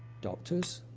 doctors,